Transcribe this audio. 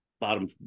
bottom